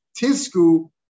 Tisku